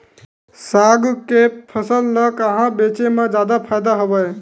साग के फसल ल कहां बेचे म जादा फ़ायदा हवय?